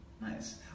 Nice